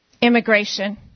immigration